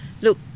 look